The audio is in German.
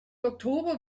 oktober